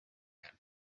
had